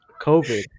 COVID